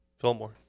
Fillmore